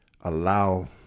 allow